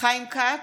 חיים כץ,